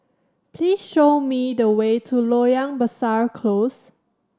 please show me the way to Loyang Besar Close